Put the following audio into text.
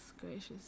gracious